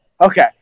Okay